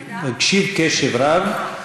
לא, זה נעים לי מאוד, זה נעים לי מאוד, אדוני.